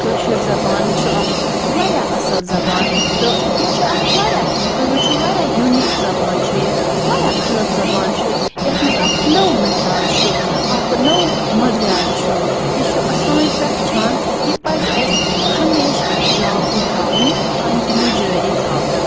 کٲشُر زبان چھُ اکھ واریاہ اَصٕل زَبان تہٕ یہِ چھُ اکھ واریاہ تُہۍ وٕچھِو واریاہ یُنیٖک زَبان چھُ یہِ واریاہ الگ زَبان چھُ یَتھ مَنٛز اکھ نٔو مِٹھاس چھُ اکھ نوٚو مٔدریٛار چھُ یہِ چھُ اَ سٲنۍ پہچان یہِ پَزِ اَسہِ ہَمیشہ لاگوٗ تھاوٕنۍ کَنٛٹِنیوٗ جٲری تھاوٕنۍ